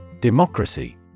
Democracy